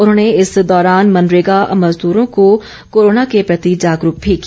उन्होंने इस दौरान मनरेगा मजदूरों को कोरोना के प्रति जागरूक भी किया